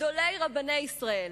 גדולי רבני ישראל,